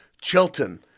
Chilton